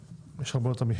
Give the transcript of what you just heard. יש הרבה יותר מאשר